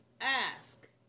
ask